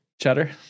cheddar